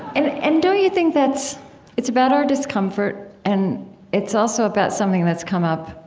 and and don't you think that's it's about our discomfort and it's also about something that's come up,